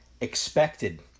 expected